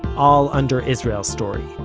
all under israel story.